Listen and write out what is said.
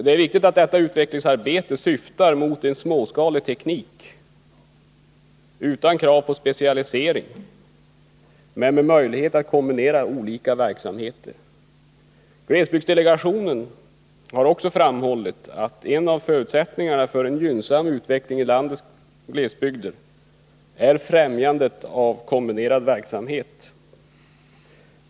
Det är viktigt att detta utvecklingsarbete bygger på en småskalig teknik utan krav på specialisering men med möjlighet att kombinera olika verksamheter. Också glesbygdsdelegationen har framhållit att en av förutsättningarna för en gynnsam utveckling i landets glesbygder är främjandet av kombinerad verksamhet.